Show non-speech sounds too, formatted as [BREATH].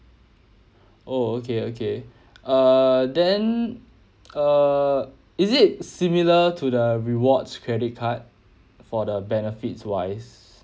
oh okay okay [BREATH] err then [NOISE] err is it similar to the rewards credit card for the benefits wise